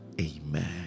Amen